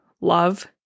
love